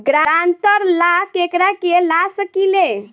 ग्रांतर ला केकरा के ला सकी ले?